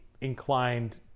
inclined